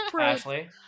Ashley